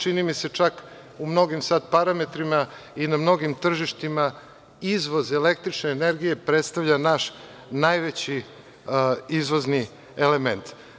Čini mi se, čak, u mnogim sad parametrima i na mnogim tržištima izvoz električne energije predstavlja naš najveći izvozni element.